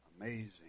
amazing